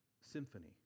symphony